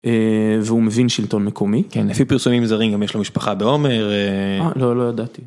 והוא מבין שלטון מקומי. - לפי פרסומים זרים גם יש לו משפחה בעומר... -אה, לא, לא ידעתי.